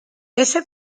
ese